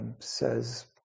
says